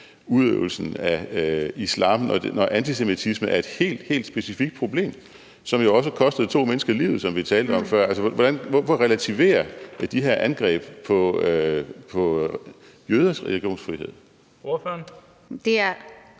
udøvelsen af islam, når antisemitisme er et helt, helt specifikt problem, som jo også kostede to mennesker livet, som vi talte om før? Hvorfor relativere de her angreb på jøders religionsfrihed? Kl. 12:45 Den fg.